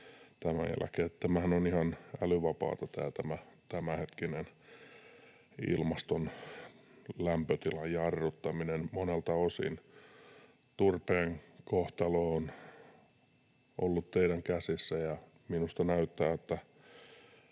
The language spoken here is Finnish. tämän jälkeen. Tämä tämänhetkinen ilmaston lämpötilan jarruttaminenhan on ihan älyvapaata monelta osin. Turpeen kohtalo on ollut teidän käsissänne, ja minusta näyttää, että